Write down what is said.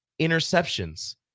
interceptions